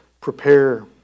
prepare